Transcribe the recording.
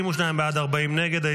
32 בעד, 40 נגד.